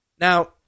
Now